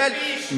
כל הקבוצה שלכם.